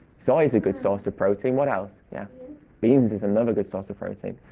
soy is a good source of protein. what else? yeah beans is another good source of protein.